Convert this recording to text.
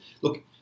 look